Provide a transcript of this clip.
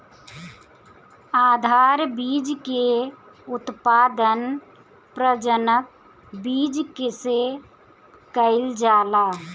आधार बीज के उत्पादन प्रजनक बीज से कईल जाला